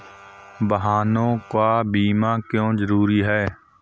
वाहनों का बीमा क्यो जरूरी है?